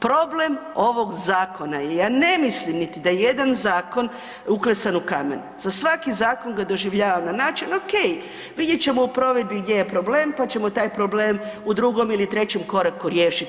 Problem ovog zakona je, ja ne mislim niti da je jedan zakon uklesan u kamen, za svaki zakon ga doživljavam na način, ok, vidjet ćemo u provedbi gdje je problem pa ćemo taj problem u drugom ili trećem koraku riješiti.